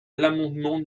l’amendement